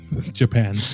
japan